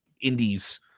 indies